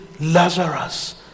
Lazarus